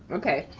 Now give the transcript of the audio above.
okay,